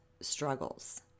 struggles